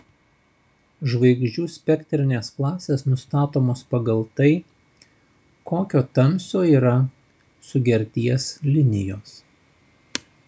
žvaigždžių spektrinės klasės nustatomos pagal tai kokio tamsio yra sugerties linijos